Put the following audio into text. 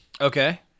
Okay